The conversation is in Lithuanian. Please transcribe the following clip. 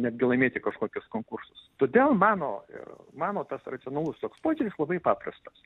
netgi laimėti kažkokius konkursus todėl mano mano tas racionalus toks požiūris labai paprastas